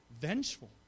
vengeful